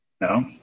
No